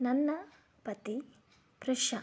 ನನ್ನ ಪತಿ ಪ್ರಶಾಂತ್